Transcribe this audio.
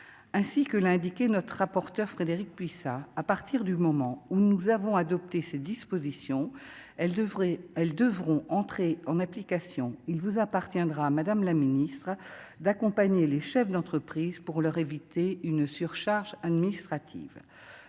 ainsi que l'a indiqué notre rapporteure Frédérique Puissat à partir du moment où nous avons adopté ces dispositions, elle devrait, elles devront entrer en application, il vous appartiendra à Madame la Ministre, d'accompagner les chefs d'entreprises pour leur éviter une surcharge administrative